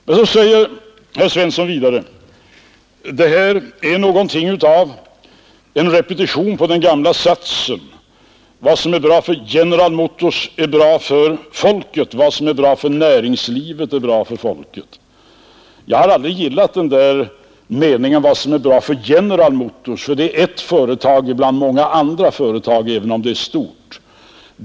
Men herr Svensson säger vidare: Det här är någonting av en repetition av den gamla satsen, att vad som är bra för General Motors är bra för folket — vad som är bra för näringslivet är bra för folket. Jag har aldrig gillat den där meningen om att vad som är bra för General Motors är bra för folket, för det är ett företag bland många andra, även om det är stort.